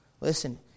listen